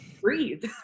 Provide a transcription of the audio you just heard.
breathe